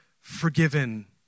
forgiven